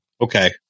Okay